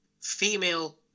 female